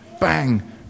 bang